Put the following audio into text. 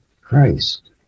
Christ